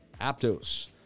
Aptos